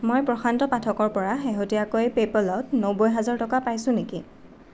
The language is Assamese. মই প্ৰশান্ত পাঠকৰ পৰা শেহতীয়াকৈ পে'পলত নব্বৈ হাজাৰ টকা পাইছোঁ নেকি